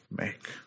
make